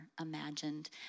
imagined